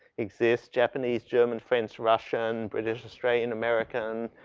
exist japanese, german, french, russian, british australian american,